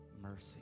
mercy